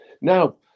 Now